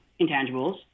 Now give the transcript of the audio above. intangibles